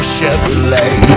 Chevrolet